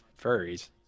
furries